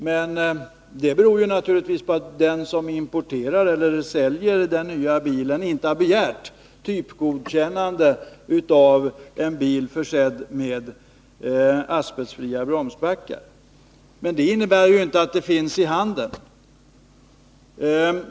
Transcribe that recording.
Men det beror naturligtvis på att den som importerar eller säljer den nya bilen inte har begärt typgodkännande av en bil försedd med asbestfria bromsbackar. Men det innebär inte att de inte finns i handeln.